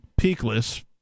peakless